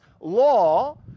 law